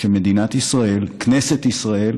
שבמדינת ישראל, כנסת ישראל,